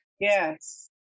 Yes